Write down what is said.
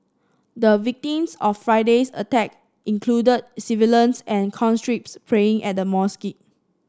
the victims of Friday's attack included civilians and conscripts praying at the mosque